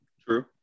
True